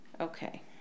Okay